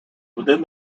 within